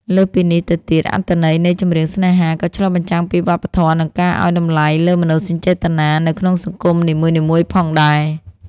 លើសពីនេះទៅទៀត អត្ថន័យនៃ ចម្រៀងស្នេហា ក៏ឆ្លុះបញ្ចាំងពីវប្បធម៌ និងការឱ្យតម្លៃលើមនោសញ្ចេតនានៅក្នុងសង្គមនីមួយៗផងដែរ។